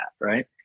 right